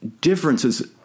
differences